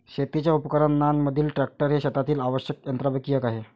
शेतीच्या उपकरणांमधील ट्रॅक्टर हे शेतातील आवश्यक यंत्रांपैकी एक आहे